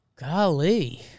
Golly